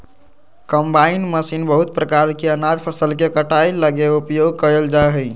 combine machine बहुत प्रकार के अनाज फसल के कटाई लगी उपयोग कयल जा हइ